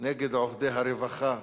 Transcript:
נגד עובדי הרווחה,